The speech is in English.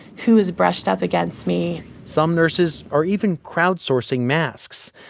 who has brushed up against me some nurses are even crowdsourcing masks.